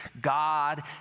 God